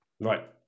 Right